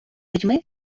людьми